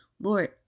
Lord